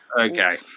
Okay